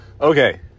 Okay